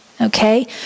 Okay